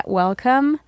welcome